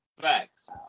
Facts